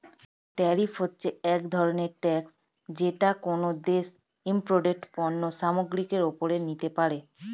tariff হচ্ছে এক ধরনের ট্যাক্স যেটা কোনো দেশ ইমপোর্টেড পণ্য সামগ্রীর ওপরে নিতে পারে